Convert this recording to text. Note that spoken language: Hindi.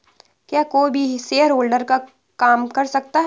क्या कोई भी शेयरहोल्डर का काम कर सकता है?